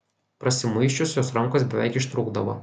pasimuisčius jos rankos beveik ištrūkdavo